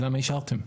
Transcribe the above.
למה אישרתם?